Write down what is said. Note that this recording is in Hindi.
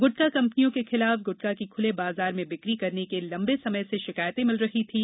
गुटखा कंपनियों के खिलाफ गुटखा की खुले बाजार में बिक्री करने की लंबे समय से शिकायतें मिल रही थीं